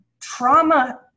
trauma